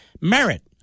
Merit